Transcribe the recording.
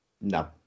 No